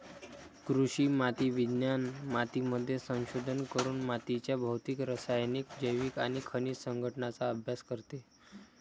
कृषी माती विज्ञान मातीमध्ये संशोधन करून मातीच्या भौतिक, रासायनिक, जैविक आणि खनिज संघटनाचा अभ्यास करते